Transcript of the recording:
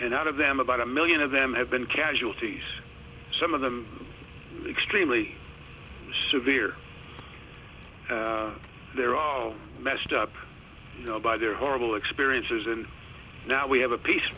and out of them about a million of them have been casualties some of them extremely severe they're all messed up you know by their horrible experiences and now we have a piece